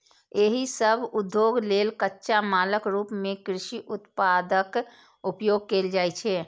एहि सभ उद्योग लेल कच्चा मालक रूप मे कृषि उत्पादक उपयोग कैल जाइ छै